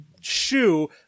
shoe